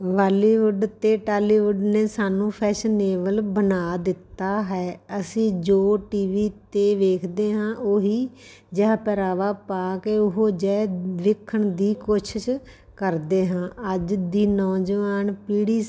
ਬਾਲੀਵੁੱਡ ਅਤੇ ਟਾਲੀਵੁੱਡ ਨੇ ਸਾਨੂੰ ਫੈਸ਼ਨੇਵਲ ਬਣਾ ਦਿੱਤਾ ਹੈ ਅਸੀਂ ਜੋ ਟੀ ਵੀ 'ਤੇ ਵੇਖਦੇ ਹਾਂ ਉਹੀ ਜਿਹਾ ਪਹਿਰਾਵਾ ਪਾ ਕੇ ਉਹੋ ਜਿਹੇ ਦਿਖਣ ਦੀ ਕੋਸ਼ਿਸ਼ ਕਰਦੇ ਹਾਂ ਅੱਜ ਦੀ ਨੌਜਵਾਨ ਪੀੜ੍ਹੀ